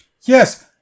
Yes